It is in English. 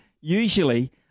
usually